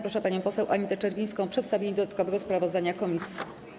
Proszę panią poseł Anitę Czerwińską o przedstawienie dodatkowego sprawozdania komisji.